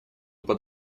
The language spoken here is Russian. под